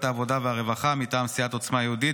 העבודה והרווחה: מטעם סיעת עוצמה יהודית,